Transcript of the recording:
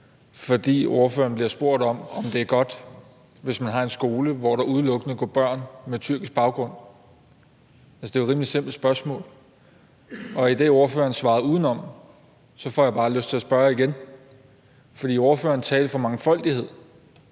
fordi ordføreren bliver spurgt om, om det er godt, hvis man har en skole, hvor der udelukkende går børn med tyrkisk baggrund. Det er jo et rimelig simpelt spørgsmål, og idet ordføreren svarer udenom, får jeg bare lyst til at spørge igen. For ordføreren talte for mangfoldighed,